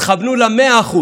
תכוונו ל-100%,